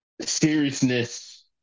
seriousness